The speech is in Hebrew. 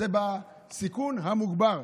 זה בסיכון המוגבר.